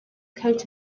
coat